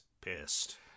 pissed